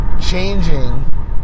changing